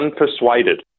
unpersuaded